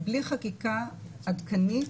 בלי חקיקה עדכנית,